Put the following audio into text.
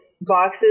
boxes